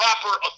proper